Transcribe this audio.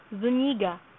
Zuniga